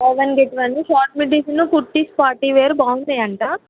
by one get one short middies kurtis party wear బాగుటాయి అంట